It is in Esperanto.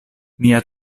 mia